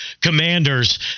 commanders